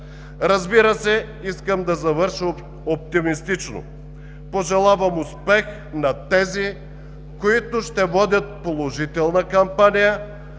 Разбира се, искам да завърша оптимистично. Пожелавам успех на тези, които ще водят положителна кампания